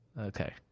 Okay